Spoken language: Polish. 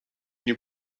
nie